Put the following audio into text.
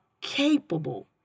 capable